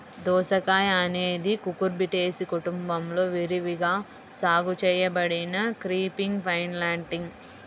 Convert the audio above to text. దోసకాయఅనేది కుకుర్బిటేసి కుటుంబంలో విరివిగా సాగు చేయబడిన క్రీపింగ్ వైన్ప్లాంట్